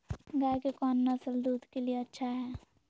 गाय के कौन नसल दूध के लिए अच्छा है?